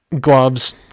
gloves